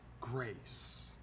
grace